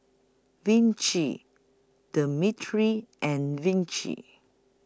Vichy Cetrimide and Vichy